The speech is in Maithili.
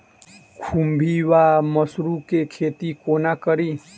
खुम्भी वा मसरू केँ खेती कोना कड़ी?